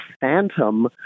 phantom